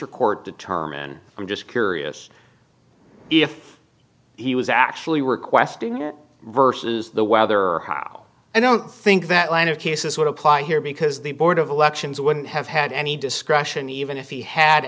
district court determine i'm just curious if he was actually requesting it reverses the weather i don't think that line of cases would apply here because the board of elections wouldn't have had any discretion even if he had